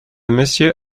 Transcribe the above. monsieur